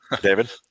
David